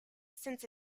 since